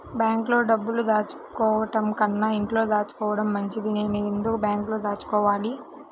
బ్యాంక్లో డబ్బులు దాచుకోవటంకన్నా ఇంట్లో దాచుకోవటం మంచిది నేను ఎందుకు బ్యాంక్లో దాచుకోవాలి?